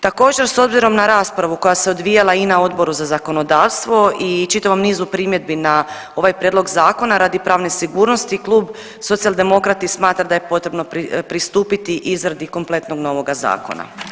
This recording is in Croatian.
Također s obzirom na raspravu koja se odvijala i na Odboru za zakonodavstvo i čitavom nizu primjedbi na ovaj prijedlog zakona radi pravne sigurnosti Klub Socijaldemokrati smatra da je potrebno pristupiti izradi kompletnoga novoga zakona.